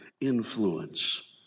influence